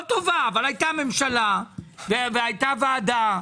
לא טובה אבל הייתה ממשלה, והייתה ועדה.